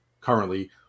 currently